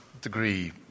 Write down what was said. degree